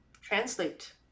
translate